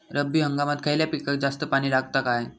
रब्बी हंगामात खयल्या पिकाक जास्त पाणी लागता काय?